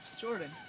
Jordan